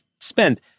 spend